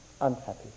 unhappy